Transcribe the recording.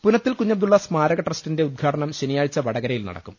പുനത്തിൽ കുഞ്ഞബ്ദുള്ള സ്മാരക ട്രസ്റ്റിന്റെ ഉദ്ഘാടനം ശനിയാഴ്ച വടകരയിൽ നടക്കും